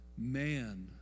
Man